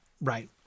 right